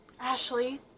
Ashley